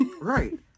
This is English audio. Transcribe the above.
Right